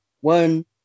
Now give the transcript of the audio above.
one